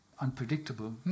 unpredictable